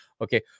Okay